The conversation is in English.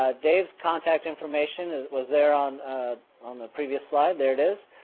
ah dave's contact information was there on on the previous slide, there it is.